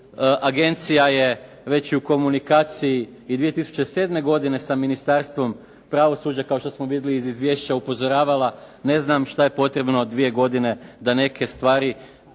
Agencija je već i u komunikaciji 2007. godine sa Ministarstvom pravosuđa kao što smo vidjeli iz izvješća upozoravala, ne znam šta je potrebno 2 godine da neke stvari